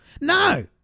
No